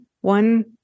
one